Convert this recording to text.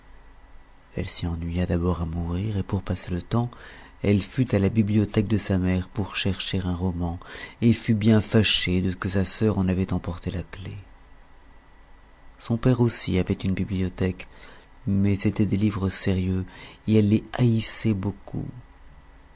elle s'y ennuya d'abord à mourir et pour passer le tems elle fut à la bibliothèque de sa mère pour chercher un roman et fut bien fâchée de ce que sa sœur en avait emporté la clé son père aussi avait une bibliothèque mais c'était des livres sérieux et elle les haïssait beaucoup